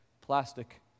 plastic